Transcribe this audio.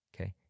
okay